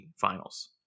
finals